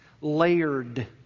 layered